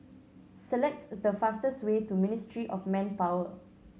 select the fastest way to Ministry of Manpower